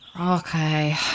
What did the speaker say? Okay